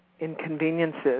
inconveniences